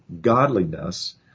godliness